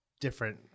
different